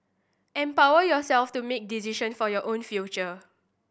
empower yourself to make decision for your own future